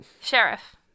Sheriff